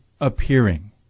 appearing